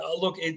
Look